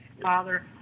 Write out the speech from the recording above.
Father